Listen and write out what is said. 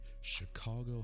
Chicago